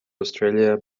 australia